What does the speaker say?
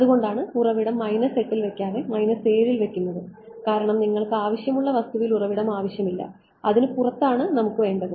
അതുകൊണ്ടാണ് ഉറവിടം 8 ൽ വയ്ക്കാതെ 7 ൽ വയ്ക്കുന്നത് കാരണം നിങ്ങൾക്ക് ആവശ്യമുള്ള വസ്തുവിൽ ഉറവിടം ആവശ്യമില്ല അതിനു പുറത്ത് ആണ് നമുക്ക് വേണ്ടത്